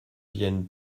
viennent